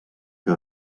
que